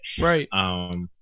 Right